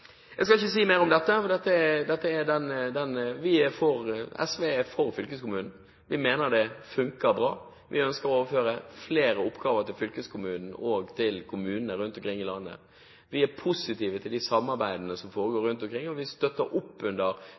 Jeg skal ikke si mer om dette. SV er for fylkeskommunen. Vi mener det funker bra. Vi ønsker å overføre flere oppgaver til fylkeskommunen og til kommunene rundt omkring i landet. Vi er positive til de samarbeidene som foregår rundt omkring. Vi støtter opp under